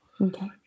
Okay